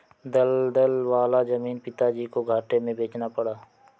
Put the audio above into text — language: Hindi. दलदल वाला जमीन पिताजी को घाटे में बेचना पड़ा